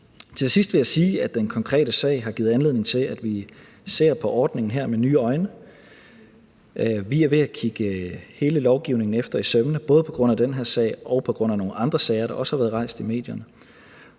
Til sidst vil jeg sige, at den konkrete sag har givet anledning til, at vi ser på ordningen her med nye øjne. Vi er ved at kigge hele lovgivningen efter i sømmene, både på grund af den her sag og på grund af nogle andre sager, der også har været rejst i medierne.